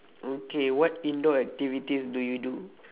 okay what indoor activities do you do